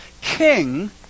king